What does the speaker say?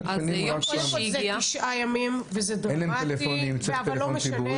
קודם כל, זה תשעה ימים וזה דרמטי, אבל לא משנה.